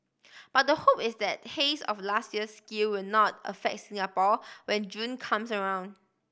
but the hope is that haze of last year's scale will not affect Singapore when June comes around